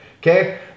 Okay